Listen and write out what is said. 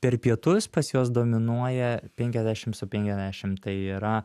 per pietus pas juos dominuoja penkiasdešimt su penkiasdešimt tai yra